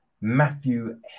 Matthew